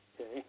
Okay